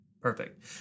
Perfect